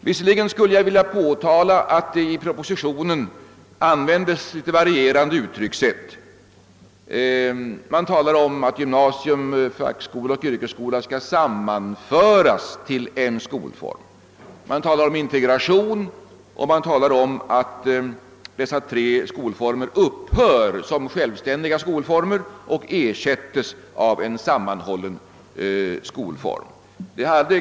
Jag skulle vilja påpeka att det i propositionen används ett varierande uttryckssätt. Man talar om att gymnasium, fackskola och yrkesskola skall sammanföras till en skolform, man talar om integration och man talar om att dessa tre skolformer upphör som självständiga skolformer och ersätts av en sammanhållen skolform.